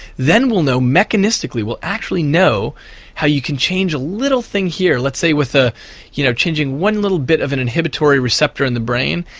then we'll know, mechanistically we'll actually know how you can change a little thing here, let's say with ah you know changing one little bit of an inhibitory receptor in the brain,